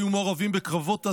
היו מעורבים בקרבות עזים,